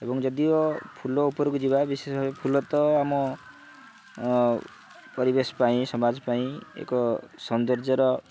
ଏବଂ ଯଦିଓ ଫୁଲ ଉପରକୁ ଯିବା ବିଶେଷ ଭାବେ ଫୁଲ ତ ଆମ ପରିବେଶ ପାଇଁ ସମାଜ ପାଇଁ ଏକ ସୌନ୍ଦର୍ଯ୍ୟର